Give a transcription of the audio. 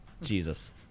Jesus